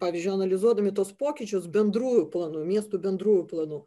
pavyzdžiui analizuodami tuos pokyčius bendrųjų planų miestų bendrųjų planų